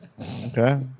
okay